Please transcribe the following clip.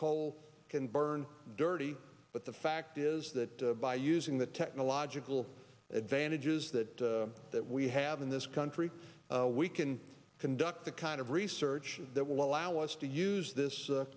coal can burn dirty but the fact is that by using the technological advantages that that we have in this country we can conduct the kind of research that will allow us to use this